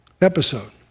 episode